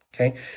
Okay